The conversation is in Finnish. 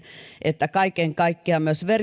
että kaiken kaikkiaan myös